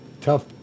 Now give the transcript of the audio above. Tough